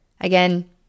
Again